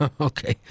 Okay